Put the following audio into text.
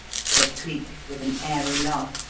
said cleek, with an airy laugh.